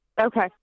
Okay